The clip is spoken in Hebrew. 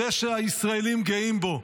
זה שהישראלים גאים בו,